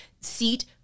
seat